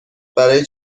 برای